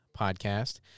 podcast